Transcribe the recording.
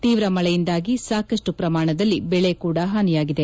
ತೀವ್ರ ಮಳೆಯಿಂದಾಗಿ ಸಾಕಷ್ಟು ಪ್ರಮಾಣದಲ್ಲಿ ಬೆಳೆ ಕೂಡ ಹಾನಿಯಾಗಿದೆ